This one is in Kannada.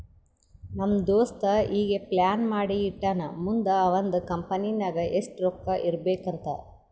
ನಮ್ ದೋಸ್ತ ಈಗೆ ಪ್ಲಾನ್ ಮಾಡಿ ಇಟ್ಟಾನ್ ಮುಂದ್ ಅವಂದ್ ಕಂಪನಿ ನಾಗ್ ಎಷ್ಟ ರೊಕ್ಕಾ ಇರ್ಬೇಕ್ ಅಂತ್